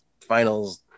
finals